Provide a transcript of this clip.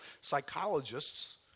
Psychologists